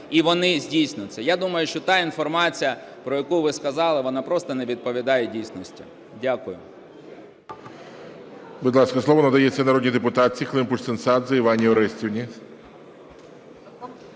і вони здійснюються. Я думаю, що та інформація, про яку ви сказали, вона просто не відповідає дійсності. Дякую.